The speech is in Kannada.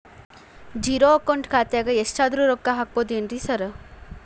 ಝೇರೋ ಅಕೌಂಟ್ ಖಾತ್ಯಾಗ ಎಷ್ಟಾದ್ರೂ ರೊಕ್ಕ ಹಾಕ್ಬೋದೇನ್ರಿ ಸಾರ್?